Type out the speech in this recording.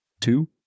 Two